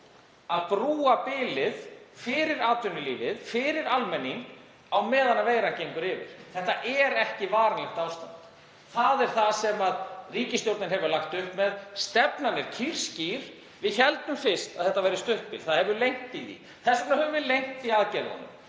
að brúa bilið fyrir atvinnulífið, fyrir almenning á meðan veiran gengur yfir. Þetta er ekki varanlegt ástand. Það er það sem ríkisstjórnin hefur lagt upp með. Stefnan er kýrskýr. Við héldum fyrst að þetta yrði stutt bið. Hún hefur lengst og þess vegna höfum við lengt í aðgerðunum.